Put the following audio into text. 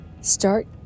Start